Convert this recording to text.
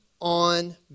on